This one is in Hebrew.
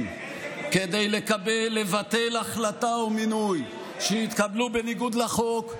כדי לבטל החלטה או מינוי שהתקבלו בניגוד לחוק.